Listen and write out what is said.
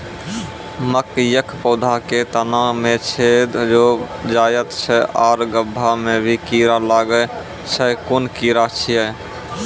मकयक पौधा के तना मे छेद भो जायत छै आर गभ्भा मे भी कीड़ा लागतै छै कून कीड़ा छियै?